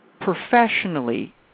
professionally